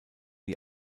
die